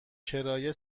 کرایه